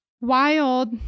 wild